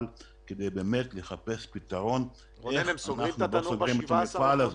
כדי באמת לחפש פתרון איך אנחנו לא סוגרים את המפעל הזה.